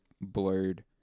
blurred